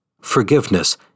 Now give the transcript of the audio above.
Forgiveness